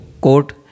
court